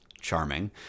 Charming